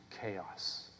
chaos